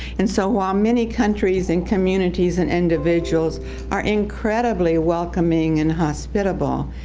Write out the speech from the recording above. and so while many countries and communities and individuals are incredibly welcoming and hospitable,